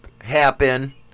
happen